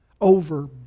Over